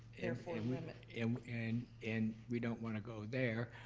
therefore um limit and and and, we don't want to go there.